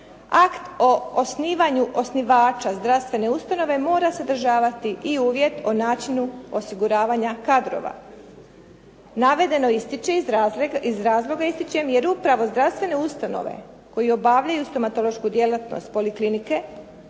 Akt o osnivanju osnivača zdravstvene ustanove mora sadržavati i uvjet o načinu osiguravanja kadrova. Navedeno ističe iz razloga ističem, jer upravo zdravstvene ustanove koje obavljaju stomatološku djelatnost poliklinike